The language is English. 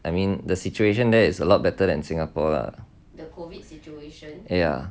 I mean the situation there is a lot better than singapore lah